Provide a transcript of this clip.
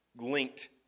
linked